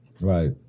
Right